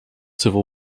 civil